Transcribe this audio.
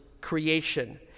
creation